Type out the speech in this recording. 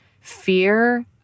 fear